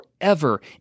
forever